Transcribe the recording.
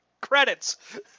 Credits